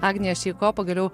agnija šeiko pagaliau